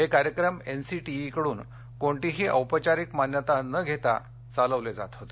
हे कार्यक्रम N C T E कडून कोणतीही औपचारिक मान्यता न घेता चालवले जात होते